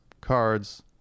cards